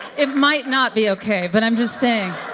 it might not be ok, but i'm just saying